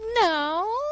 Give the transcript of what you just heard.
no